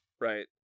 right